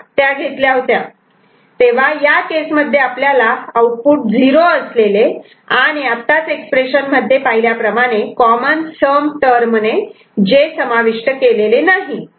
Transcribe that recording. तेव्हा या केसमध्ये आपल्याला आउटपुट '0' असलेले आणि आत्ताच एक्सप्रेशन मध्ये पाहिल्याप्रमाणे कॉमन सम टर्मणे जे समाविष्ट केलेले नाही